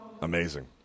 amazing